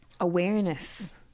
awareness